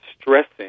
stressing